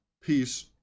Peace